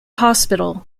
hospital